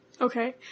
Okay